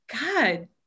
God